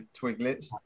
Twiglets